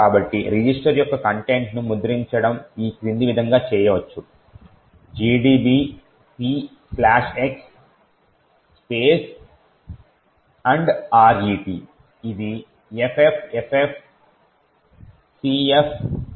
కాబట్టి రిజిస్టర్ యొక్క కంటెంట్ ను ముద్రించడం ఈ క్రింది విధంగా చేయవచ్చు gdbpx ret ఇది FFFFCF18